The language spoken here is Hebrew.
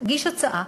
תגיש הצעה